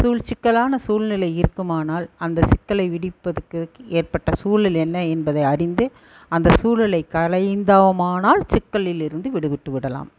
சூழ்ச்சிக்கல்லான சூழ்நிலை இருக்குமானால் அந்த சிக்கலை விடிப்பதுக்கு ஏற்பட்ட சூழல் என்ன என்பதை அறிந்து அந்த சூழலை களைந்தோமானால் சிக்கலில் இருந்து விடுபட்டு விடலாம்